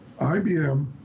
IBM